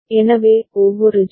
எனவே ஒவ்வொரு ஜே